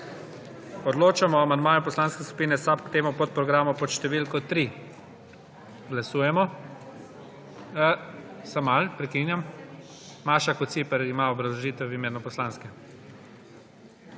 Odločamo o amandmaju Poslanske skupine SAB k temu podprogramu pod št. 3. Glasujemo. Samo malo, prekinjam. Maša Kociper ima obrazložitev v imenu poslanske